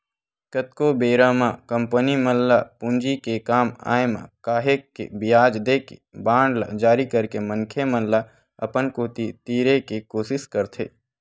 कतको बेरा म कंपनी मन ल पूंजी के काम आय म काहेक के बियाज देके बांड ल जारी करके मनखे मन ल अपन कोती तीरे के कोसिस करथे